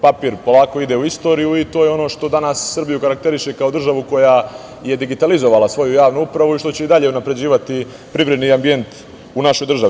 Papir polako ide u istoriju i to je ono što danas Srbiju karakteriše kao državu koja je digitalizovala svoju javnu upravu i što će i dalje unapređivati privredni ambijentu našoj državi.